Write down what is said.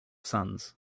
sons